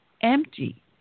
empty